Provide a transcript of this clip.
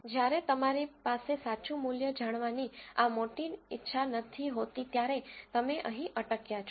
જ્યારે તમારી પાસે સાચું મૂલ્ય જાણવાની આ મોટી ઈચ્છા નથી હોતી ત્યારે તમે અહીં અટક્યા છો